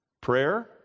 Prayer